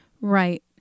Right